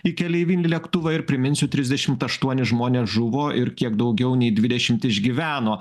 į keleivinį lėktuvą ir priminsiu trisdešimt aštuoni žmonės žuvo ir kiek daugiau nei dvidešimt išgyveno